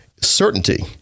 Certainty